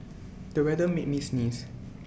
the weather made me sneeze